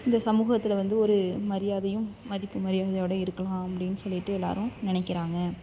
இந்த சமூகத்தில் வந்து ஒரு மரியாதையும் மதிப்பு மரியாதையோட இருக்கலாம் அப்படின்னு சொல்லிட்டு எல்லோரும் நினைக்கிறாங்க